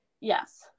Yes